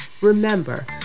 Remember